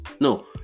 No